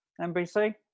NBC